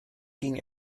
ging